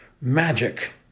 magic